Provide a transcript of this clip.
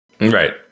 Right